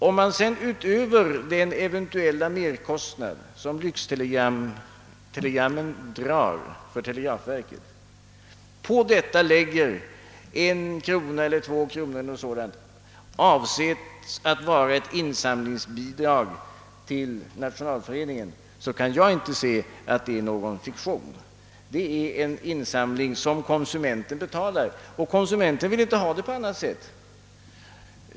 Om man sedan utöver den eventuella merkostnaden som lyxtelegrammen drar för televerket lägger till en krona eller två kronor, avsett att vara ett insamlingsbidrag till Nationalföreningen, så kan jag inte se att det är någon fiktion. Det är bidrag till en insamling som konsumenten betalar och konsumenten vill inte ha det på annat sätt.